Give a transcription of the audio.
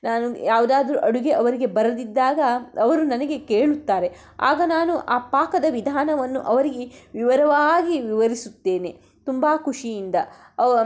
ನಾನು ಯಾವುದಾದರು ಅಡುಗೆ ಅವರಿಗೆ ಬರದಿದ್ದಾಗ ಅವರು ನನಗೆ ಕೇಳುತ್ತಾರೆ ಆಗ ನಾನು ಆ ಪಾಕದ ವಿಧಾನವನ್ನು ಅವರಿಗೆ ವಿವರವಾಗಿ ವಿವರಿಸುತ್ತೇನೆ ತುಂಬಾ ಖುಷಿಯಿಂದ ಅವು